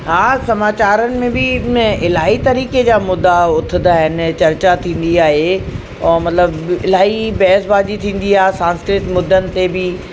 हा समाचार में बि ने इलाही तरीक़े जा मुद्दा उथंदा आहिनि चर्चा थींदी आहे ऐं मतिलबु इलाही बहस बाजी थींदी आहे सांस्कृतिक मुद्दनि ते बि